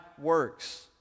works